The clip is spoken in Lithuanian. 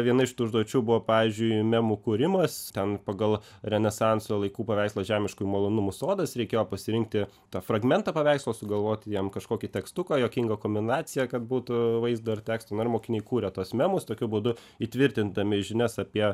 viena iš tų užduočių buvo pavyzdžiui memų kūrimas ten pagal renesanso laikų paveikslą žemiškų malonumų sodas reikėjo pasirinkti tą fragmentą paveikslo sugalvoti jam kažkokį tekstuką juokingą kombinaciją kad būtų vaizdo ir teksto na ir mokiniai kūrė tuos memus tokiu būdu įtvirtindami žinias apie